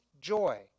joy